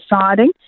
deciding